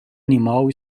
animal